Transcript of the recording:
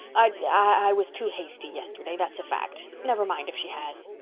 i. i was too hasty yesterday, that's a fact. never mind if she has.